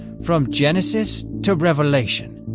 from genesis to revelation.